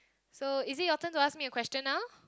so is it your turn to ask me a question now